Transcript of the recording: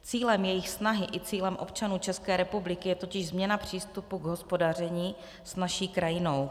Cílem jejich snahy i cílem občanů České republiky je totiž změna přístupu k hospodaření s naší krajinou.